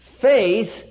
Faith